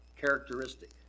characteristic